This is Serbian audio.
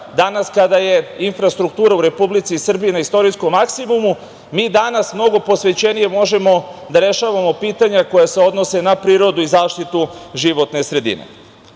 danas kada je infrastruktura u Republici Srbiji ne istorijskom maksimumu, mi danas mnogo posvećenije možemo da rešavamo pitanja koja se odnose na prirodu i zaštitu životne sredine. Ne